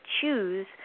choose